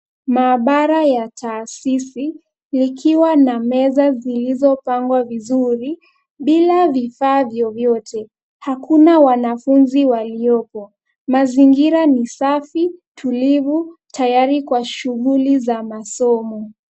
Maabara ya taasisi ikiwa na meza zilizopangwa vizuri bila vifaa vyovyote. Hakuna wanafunzi waliovo. Mazingira ni safi, tulivu, tayari kwa shughuli za masomo.